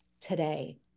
today